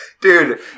Dude